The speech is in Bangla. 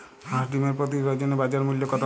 হাঁস ডিমের প্রতি ডজনে বাজার মূল্য কত?